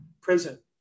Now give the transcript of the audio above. prison